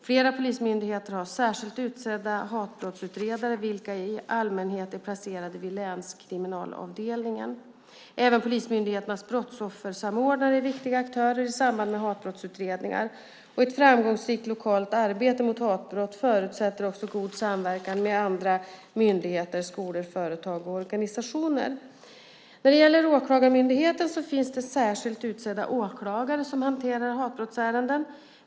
Flera polismyndigheter har särskilt utsedda hatbrottsutredare vilka i allmänhet är placerade vid länskriminalavdelningen. Även polismyndigheternas brottsoffersamordnare är viktiga aktörer i samband med hatbrottsutredningar. Ett framgångsrikt lokalt arbete mot hatbrott förutsätter även god samverkan med andra myndigheter, skolor, företag och organisationer. Inom Åklagarmyndigheten finns det särskilt utsedda åklagare som hanterar hatbrottsärenden.